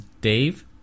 Dave